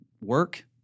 work